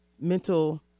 mental